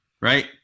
right